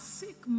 sick